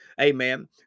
Amen